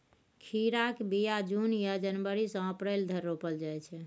खीराक बीया जुन या जनबरी सँ अप्रैल धरि रोपल जाइ छै